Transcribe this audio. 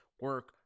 Work